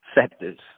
sectors